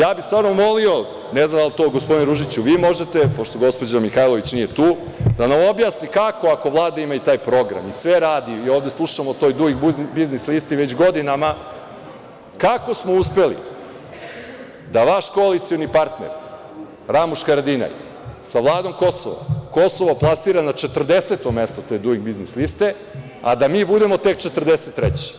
Molio bih stvarno, ne znam da li to gospodine Ružiću vi možete, pošto gospođa Mihajlović nije tu, da nam objasnite kako ako Vlada ima i taj program i sve radi, ovde slušamo o toj Duing biznis listi već godinama, kako smo uspeli da vaš koalicioni partner Ramuš Haradinaj, sa vladom Kosova, Kosovo plasira na 40. mesto te Duing biznis liste, a da mi budemo tek 43?